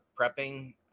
prepping